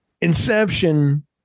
Inception